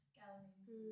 galleries